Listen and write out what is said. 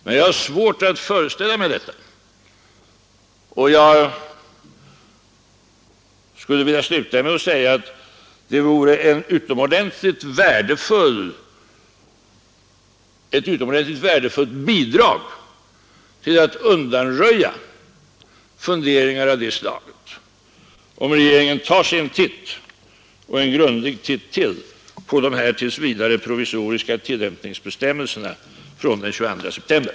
Men jag har svårt att föreställa mig detta, och jag skulle vilja sluta med att säga att det vore ett utomordentligt värdefullt bidrag till att undanröja funderingar av det slaget, om regeringen tog sig en grundlig titt på de här, tills vidare provisoriska tillämpningsbestämmelserna från den 22 september.